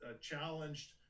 challenged